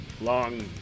Long